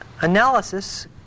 Analysis